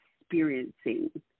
experiencing